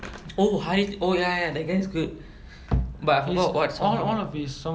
oh hardi oh ya ya that guy's good but I forgot what songs he